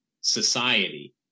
society